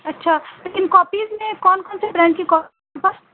اچھا لیکن کاپیز میں کون کون سے برانڈ کی کاپیز ہیں